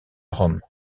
rome